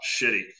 Shitty